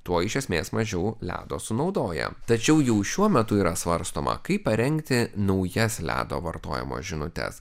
tuo iš esmės mažiau ledo sunaudoja tačiau jau šiuo metu yra svarstoma kaip parengti naujas ledo vartojimo žinutes